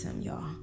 y'all